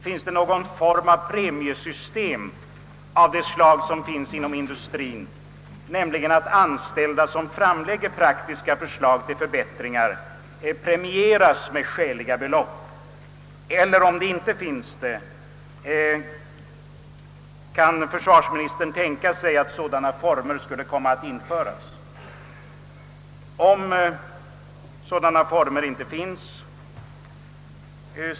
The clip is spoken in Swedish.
Finns det någon form av premiesystem av det slag som tillämpas inom industrien, nämligen att anställda som framlägger praktiska förslag till förbättringar premieras med skäliga belopp? Eller, kan försvarsministern, om något sådant premiesystem inte finns, tänka sig att en form därav skulle kunna införas?